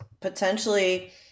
potentially